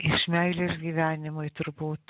iš meilės gyvenimui turbūt